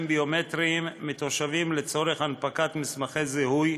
ביומטריים מתושבים לצורך הנפקת מסמכי זיהוי,